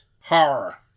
horror